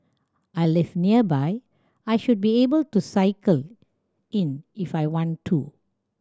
I live nearby I should be able to cycle in if I want to